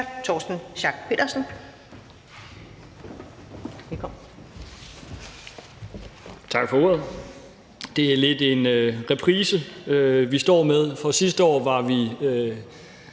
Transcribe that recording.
Torsten Schack Pedersen (V): Tak for ordet. Det er lidt en reprise, vi står med, for sidste år var vi